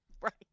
Right